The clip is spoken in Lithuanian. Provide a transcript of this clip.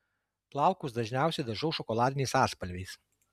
plaukus dažniausiai dažau šokoladiniais atspalviais